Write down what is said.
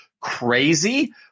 crazy